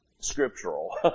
scriptural